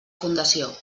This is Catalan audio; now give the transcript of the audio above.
fundació